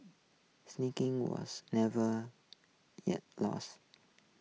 sneaking was never yet lost